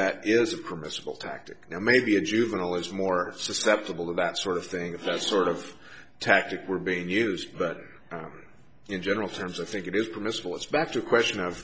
that is a permissible tactic you know maybe a juvenile is more susceptible to that sort of thing that sort of tactic were being used but in general terms of think it is permissible it's back to a question of